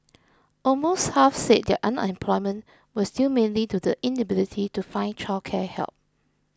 almost half said their unemployment was due mainly to the inability to find childcare help